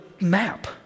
map